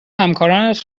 همکارانت